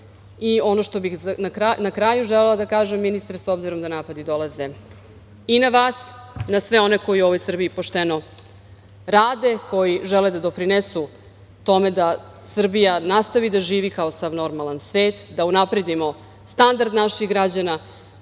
što bih na kraju želela da kažem, ministre, s obzirom da napadi dolaze i na vas i na sve one koji u ovoj Srbiji pošteno rade, koji žele da doprinesu tome da Srbija nastavi da živi kao sav normalan svet, da unapredimo standard naših građana,